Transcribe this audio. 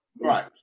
Right